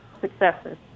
successes